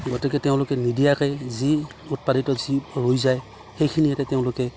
গতিকে তেওঁলোকে নিদিয়াকে যি উৎপাদিত যি ৰৈ যায় সেইখিনি ইয়াতে তেওঁলোকে